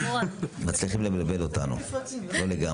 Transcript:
מצליחים לבלבל אותנו לא לגמרי,